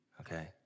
Okay